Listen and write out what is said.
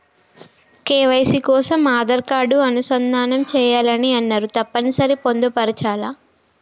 KYC కోసం Aadhaar card అనుసంధానం చేయాలని అన్నరు తప్పని సరి పొందుపరచాలా?